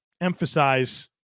emphasize